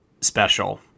special